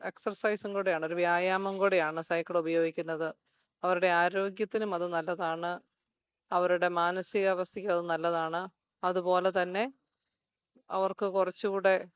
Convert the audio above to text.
X എക്സർസൈസും കൂടെയാണ് ഒരു വ്യായാമംകൂടെയാണ് സൈക്കിളുപയോഗിക്കുന്നത് അവരുടെ ആരോഗ്യത്തിനും അത് നല്ലതാണ് അവരുടെ മാനസിക അവസ്ഥയ്ക്ക് അതു നല്ലതാണ് അതുപോലതന്നെ അവർക്ക് കുറച്ചുകൂടെ